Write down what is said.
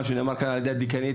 כפי שנאמר כאן על ידי הדיקנית,